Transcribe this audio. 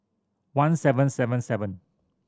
one seven seven seven